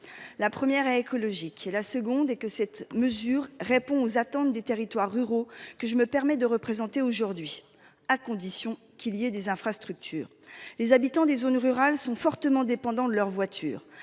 la première écologique et la seconde est que cette mesure répond aux attentes des territoires ruraux que je me permets de représenter aujourd'hui à condition qu'il y ait des infrastructures. Les habitants des zones rurales sont fortement dépendants de leur voiture.